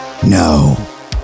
No